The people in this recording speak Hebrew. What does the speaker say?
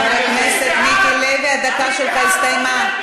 חבר הכנסת מיקי לוי, הדקה שלך הסתיימה.